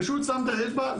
פשוט שם את האצבע.